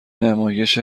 نمایش